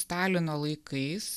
stalino laikais